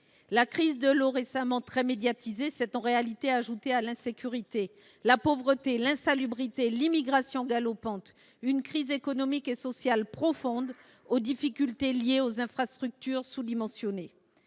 La crise de l’eau récemment très médiatisée s’est en réalité ajoutée à l’insécurité, à la pauvreté, à l’insalubrité, à l’immigration galopante, à une crise économique et sociale profonde, aux difficultés liées aux infrastructures sous dimensionnées.